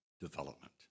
development